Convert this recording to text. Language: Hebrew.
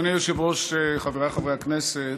אדוני היושב-ראש, חבריי חברי הכנסת,